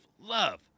love